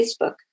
Facebook